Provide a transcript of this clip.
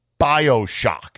Bioshock